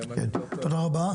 תודה רבה.